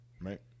Right